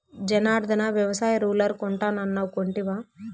జనార్ధన, వ్యవసాయ రూలర్ కొంటానన్నావ్ కొంటివా